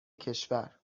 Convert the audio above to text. کشور